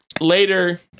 later